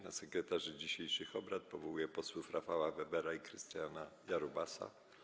Na sekretarzy dzisiejszych obrad powołuję posłów Rafał Webera i Krystiana Jarubasa.